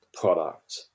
product